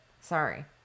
Sorry